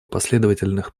последовательных